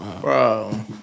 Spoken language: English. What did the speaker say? Bro